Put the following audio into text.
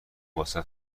واست